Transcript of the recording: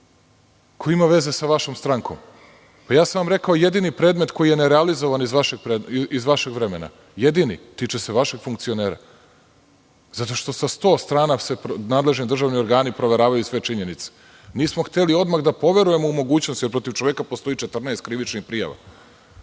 ko ima veze sa vašom strankom. Rekao sam vam jedini predmet koji je nerealizovan iz vašeg vremena, jedini, a tiče se vaših funkcionera zato što sa sto strana državni nadležni organi proveravaju sve činjenice. Nismo hteli odmah da poverujemo u mogućnost jer protiv čoveka postoji 14 krivičnih prijava